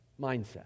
mindset